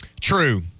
True